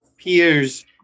peers